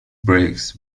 brakes